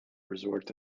resort